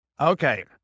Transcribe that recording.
Okay